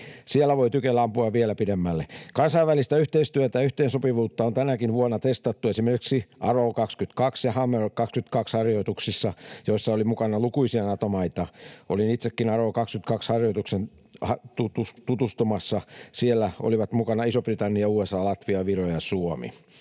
Siellä voi tykillä ampua vielä pidemmälle. Kansainvälistä yhteistyötä ja yhteensopivuutta on tänäkin vuonna testattu esimerkiksi Arrow 22- ja Hammer 22 ‑harjoituksissa, joissa oli mukana lukuisia Nato-maita. Olin itsekin Arrow 22 ‑harjoitukseen tutustumassa. Siellä olivat mukana Iso-Britannia, USA, Latvia, Viro ja Suomi.